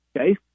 okay